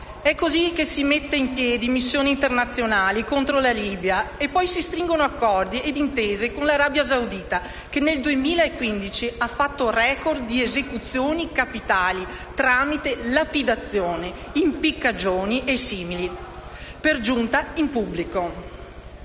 È così che si mettono in piedi missioni internazionali contro la Libia e poi si stringono accordi ed intese con l'Arabia Saudita che, nel 2015, ha fatto record di esecuzioni capitali tramite lapidazioni, impiccagioni e simili, per giunta in pubblico.